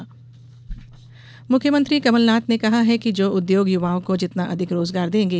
CM उद्योगपति मुख्यमंत्री कमलनाथ ने कहा है कि जो उद्योग युवाओं को जितना अधिक रोजगार देंगे